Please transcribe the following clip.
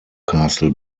castle